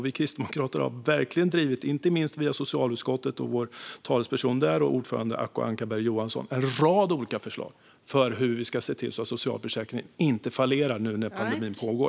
Vi kristdemokrater har verkligen drivit en rad olika förslag - inte minst via socialutskottet, där vår talesperson Acko Ankarberg Johansson är ordförande - för hur vi ska se till att socialförsäkringen inte fallerar nu när pandemin pågår.